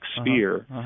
sphere